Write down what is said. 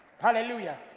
Hallelujah